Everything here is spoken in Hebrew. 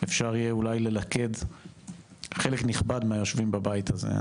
אפשר יהיה אולי ללכד חלק נכבד מהיושבים בבית הזה.